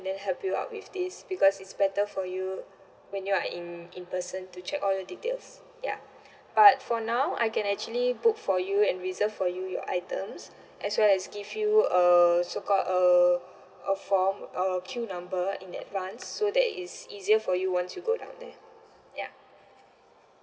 then help you out with this because it's better for you when you're in in person to check all the details ya but for now I can actually book for you and reserve for you your items as well as give you uh so call uh a form or queue number in advance so that it's easier for you once you go down there ya